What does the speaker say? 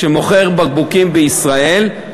שמוכר בקבוקים בישראל,